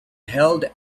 held